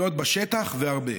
להיות בשטח והרבה,